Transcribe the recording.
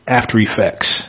after-effects